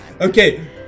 Okay